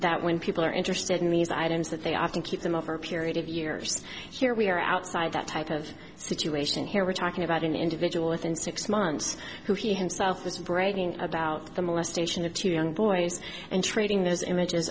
that when people are interested in these items that they often keep them up for a period of years here we are outside that type of situation here we're talking about an individual within six months who he himself was bragging about the molestation of two young boys and trading those images